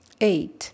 Eight